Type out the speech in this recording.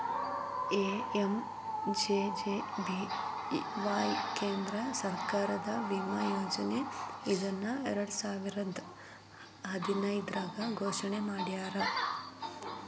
PMJJBY ಕೇಂದ್ರ ಸರ್ಕಾರದ ವಿಮಾ ಯೋಜನೆ ಇದನ್ನ ಎರಡುಸಾವಿರದ್ ಹದಿನೈದ್ರಾಗ್ ಘೋಷಣೆ ಮಾಡ್ಯಾರ